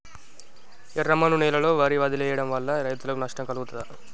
ఎర్రమన్ను నేలలో వరి వదిలివేయడం వల్ల రైతులకు నష్టం కలుగుతదా?